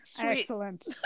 Excellent